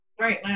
right